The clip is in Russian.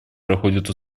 проходит